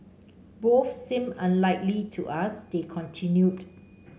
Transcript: both seem unlikely to us they continued